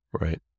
Right